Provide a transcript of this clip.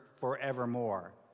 forevermore